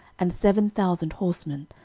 and seven thousand horsemen,